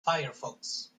firefox